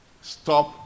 Stop